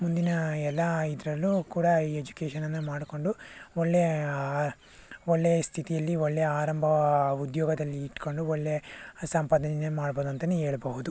ಮುಂದಿನ ಎಲ್ಲ ಇದರಲ್ಲೂ ಕೂಡ ಈ ಎಜುಕೇಷನನ್ನು ಮಾಡಿಕೊಂಡು ಒಳ್ಳೆಯ ಒಳ್ಳೆಯ ಸ್ಥಿತಿಯಲ್ಲಿ ಒಳ್ಳೆಯ ಆರಂಭ ಉದ್ಯೋಗದಲ್ಲಿ ಇಟ್ಟುಕೊಂಡು ಒಳ್ಳೆಯ ಸಂಪಾದನೆನೇ ಮಾಡ್ಬಹುದು ಅಂತಲೇ ಹೇಳ್ಬಹುದು